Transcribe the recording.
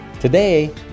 Today